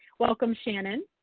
welcome shannon.